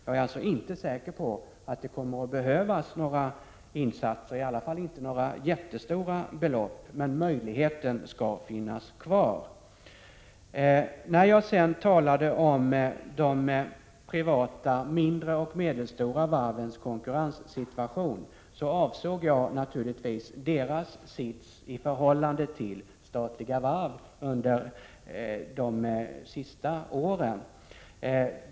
Jag är alltså inte säker på att det kommer att behöva göras några insatser, i alla fall inte i form av stora penningbelopp. Men möjligheten skall finnas kvar. När jag talade om mindre och medelstora varvs konkurrenssituation, avsåg jag naturligtvis deras sits i förhållande till statliga varv under de senaste åren.